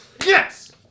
Yes